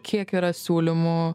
kiek yra siūlymų